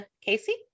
Casey